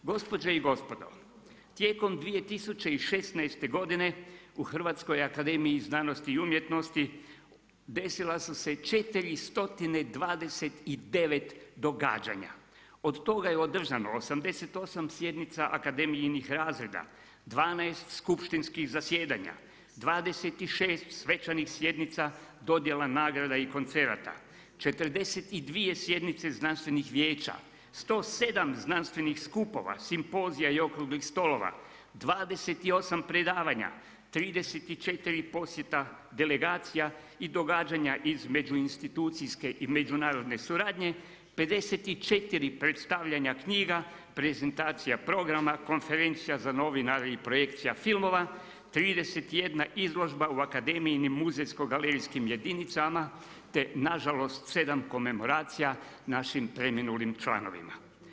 Gospođe i gospodo, tijekom 2016. godine u HAZU desila su se 429 događanja od toga je održano 88 sjednica akademijinih razreda, 12 skupštinskih zasjedanja, 26 svečanih sjednica, dodjela nagrada i koncerata, 42 sjednice znanstvenih vijeća, 107 znanstvenih skupova, simpozija i okruglih stolova, 28 predavanja, 34 posjeta delegacija i događanja iz međuinstitucijske i međunarodne suradnje, 54 predstavljanja knjiga, prezentacija, programa, konferencija za novinare i projekcija filmova, 31 izložbe u akademijinim muzejsko-galerijskim jedinicama te nažalost 7 komemoracija našim preminulim članovima.